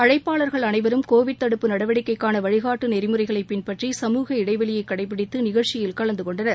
அழைப்பாளர்கள் அனைவரும் கோவிட் தடுப்பு நடவடிக்கைக்கான வழிகாட்டு நெறிமுறைகளை பின்பற்றி சமூக இடைவெளியை கடைபிடித்து நிகழ்ச்சியில் கலந்துகொண்டனர்